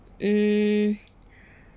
mm